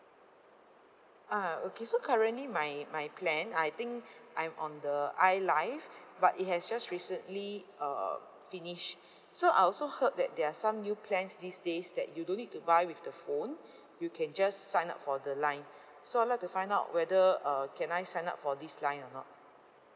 ah okay so currently my my plan I think I'm on the I life but it has just recently uh um finished so I also heard that there are some new plans these days that you don't need to buy with the phone you can just sign up for the line so I'd like to find out whether uh can I sign up for this line or not